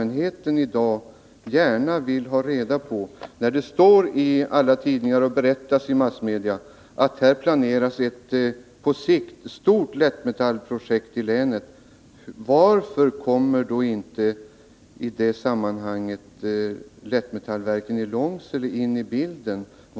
När det står i alla tidningar och berättas i massmedia att det planeras ett på sikt stort lättmetallverk i länet kan det väl inte förvåna, om allmänheten frågar sig varför inte Lättmetallverket i Långsele kommer in i bilden i det samman hanget.